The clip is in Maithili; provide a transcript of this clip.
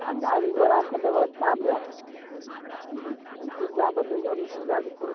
आओर गाड़ी घोड़ाके बेबस्थामे सुविधा बतैओ ने सुविधामे कोन